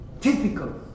Typical